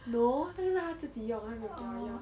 no 那个是她自己用她没有给我用